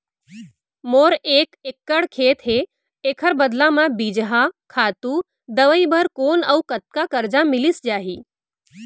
मोर एक एक्कड़ खेत हे, एखर बदला म बीजहा, खातू, दवई बर कोन अऊ कतका करजा मिलिस जाही?